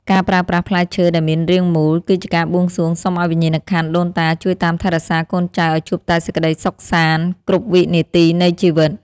ការប្រើប្រាស់ផ្លែឈើដែលមានរាងមូលគឺជាការបួងសួងសុំឱ្យវិញ្ញាណក្ខន្ធដូនតាជួយតាមថែរក្សាកូនចៅឱ្យជួបតែសេចក្តីសុខសាន្តគ្រប់វិនាទីនៃជីវិត។